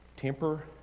Temper